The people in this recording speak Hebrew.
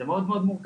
זה מאוד מורכב.